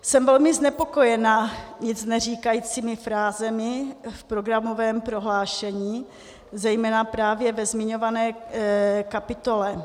Jsem velmi znepokojena nicneříkajícími frázemi v programovém prohlášení, zejména právě ve zmiňované kapitole.